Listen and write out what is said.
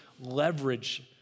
leverage